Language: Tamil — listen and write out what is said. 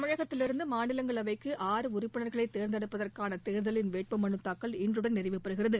தமிழகத்திலிருந்து மாநிலங்களவைக்கு ஆறு உறுப்பினர்களை தேர்ந்தெடுப்பதற்கான தேர்தலில் வேட்புமனு தாக்கல் இன்று நிறைவடைகிறது